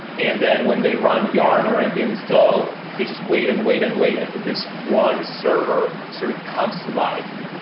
and then when they run yarn or npm install, they just wait and wait and wait until this one server sort of comes to life.